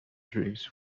drapes